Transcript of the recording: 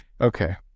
okay